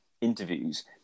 interviews